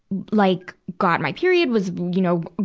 like, got my period, was, you know,